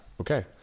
Okay